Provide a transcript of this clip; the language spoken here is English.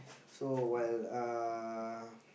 so while uh